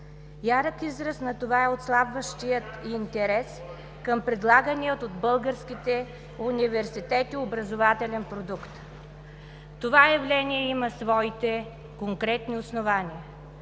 Ярък израз на това е отслабващият интерес към предлагания от българските университети образователен продукт. Това явление има своите конкретни основания.